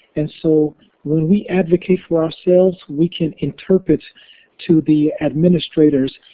and so when we advocate for ourselves, we can interpret to the administrators.